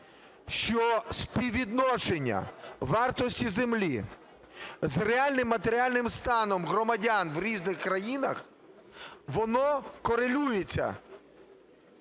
що співвідношення вартості землі з реальним матеріальним станом громадян в різних країнах, воно корелюється.